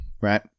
right